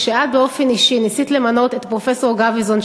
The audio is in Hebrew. כשאת באופן אישי ניסית למנות את פרופסור גביזון,